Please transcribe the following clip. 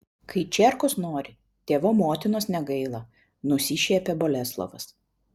kai čierkos nori tėvo motinos negaila nusišiepė boleslovas